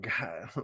God